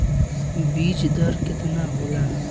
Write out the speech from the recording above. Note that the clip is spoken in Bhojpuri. बीज दर केतना होला?